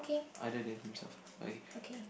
other than himself but again